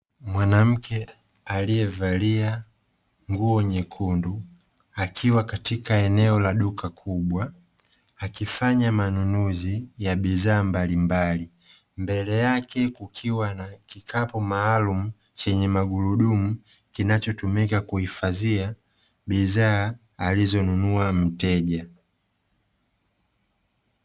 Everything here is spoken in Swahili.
Mwanamke aliyevalia nguo nyekundu, akiwa katika eneo la duka kubwa, akifanya manunuzi ya bidhaa mbalimbali, mbele yake kukiwa na kikapu maalumu chenye magurudumu, kinachotumika kuhifadhia bidhaa alizonunua mteja.